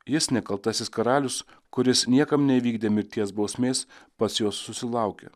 jis nekaltasis karalius kuris niekam neįvykdė mirties bausmės pats jos susilaukė